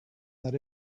that